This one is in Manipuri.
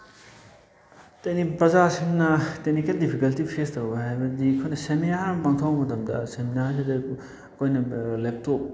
ꯄ꯭ꯔꯖꯥꯁꯤꯡꯅ ꯇꯦꯛꯅꯤꯀꯦꯜ ꯗꯤꯐꯤꯀꯜꯇꯤ ꯐꯦꯁ ꯇꯧꯕ ꯍꯥꯏꯕꯗꯤ ꯑꯩꯈꯣꯏꯅ ꯁꯦꯃꯤꯅꯥꯔ ꯑꯃ ꯄꯥꯡꯊꯣꯛꯄ ꯃꯇꯝꯗ ꯁꯦꯃꯤꯅꯥꯔꯁꯤꯗ ꯑꯩꯈꯣꯏꯅ ꯂꯦꯞꯇꯣꯞ